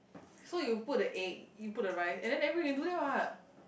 so you put the egg you put the rice and then then we can do that what